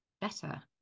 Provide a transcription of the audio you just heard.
better